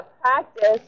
practice